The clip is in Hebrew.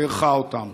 ואירחה אותם,